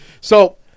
So-